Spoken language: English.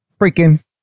freaking